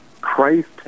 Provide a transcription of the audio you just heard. Christ